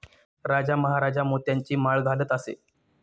राजा महाराजा मोत्यांची माळ घालत असे